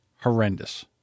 horrendous